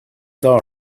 saw